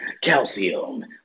calcium